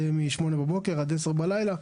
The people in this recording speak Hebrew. זה מ-08:00 בבוקר עד 22:00 בלילה.